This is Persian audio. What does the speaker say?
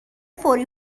فوری